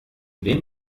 wem